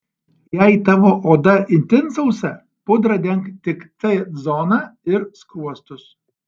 jei tavo oda itin sausa pudra denk tik t zoną ir skruostus